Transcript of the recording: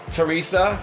Teresa